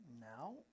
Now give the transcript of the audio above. Now